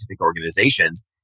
organizations